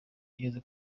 ageze